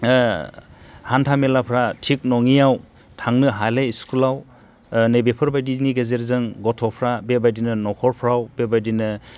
हान्था मेलाफ्रा थिग नङिआव थांनो हाले स्कुलाव नै बेफोरबायदिनि गेजेरजों गथ'फ्रा बेबादिनो न'खरफ्राव बेबादिनो